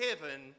heaven